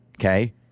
Okay